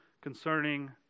concerning